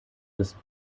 des